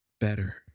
better